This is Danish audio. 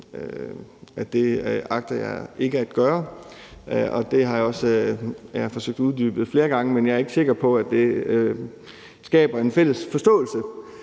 at det agter jeg ikke at gøre. Jeg har også forsøgt at uddybe det flere gange, men jeg er ikke sikker på, at det skaber en fælles forståelse.